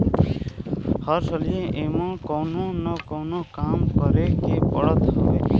हर सलिए एमे कवनो न कवनो काम करे के पड़त हवे